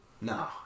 No